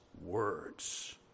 words